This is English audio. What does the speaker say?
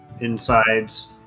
insides